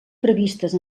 previstes